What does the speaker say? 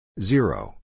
Zero